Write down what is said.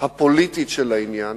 הפוליטית של העניין,